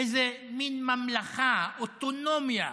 איזו מין ממלכה, אוטונומיה,